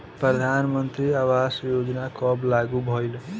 प्रधानमंत्री आवास योजना कब लागू भइल?